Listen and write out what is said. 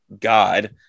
God